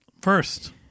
first